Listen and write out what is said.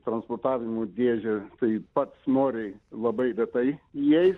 transportavimo dėžę tai pats noriai labai retai įeis